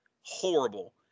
horrible